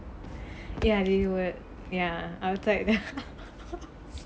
ya we would ya outside